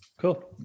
cool